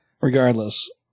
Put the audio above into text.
Regardless